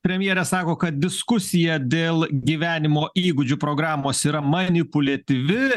premjerė sako kad diskusija dėl gyvenimo įgūdžių programos yra manipuliatyvi